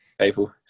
people